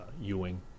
Ewing